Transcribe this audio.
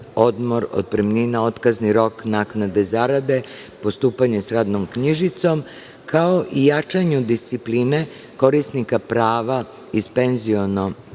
odmor, otpremnina, otkazni rok, naknade zarade, postupanje sa radnom knjižicom, kao i jačanju discipline korisnika prava iz penziono-invalidskog